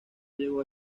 llegó